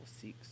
six